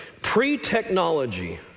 pre-technology